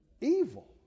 Evil